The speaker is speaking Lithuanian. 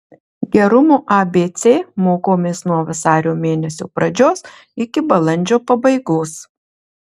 gerumo abc mokomės nuo vasario mėnesio pradžios iki balandžio pabaigos